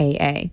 AA